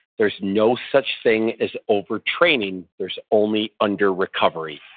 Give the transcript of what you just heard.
there's no such thing as over-training. there's only under-recovery.